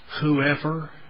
Whoever